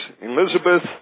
Elizabeth